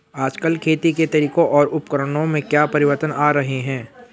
आजकल खेती के तरीकों और उपकरणों में क्या परिवर्तन आ रहें हैं?